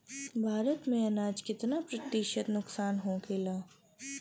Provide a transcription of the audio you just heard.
भारत में अनाज कितना प्रतिशत नुकसान होखेला?